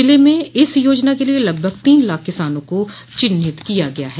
ज़िले में इस योजना के लिये लगभग तीन लाख किसानों को चिन्हित किया गया है